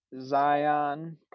zion